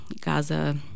Gaza